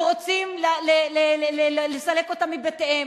ורוצים לסלק אותם מבתיהם.